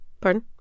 Pardon